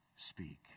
Speak